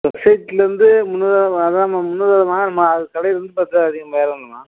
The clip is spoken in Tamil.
சொசைட்டியிலேருந்து முந்நூறுபா தாம்மா அதாம்மா முந்நூறுபா தாம்மா நம்ம கடையிலேருந்து அதிகம் வேற ஒன்றும் இல்லம்மா